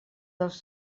dels